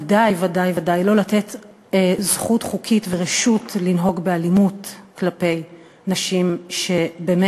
ודאי ודאי ודאי לא לתת זכות חוקית ורשות לנהוג באלימות כלפי נשים שבאמת,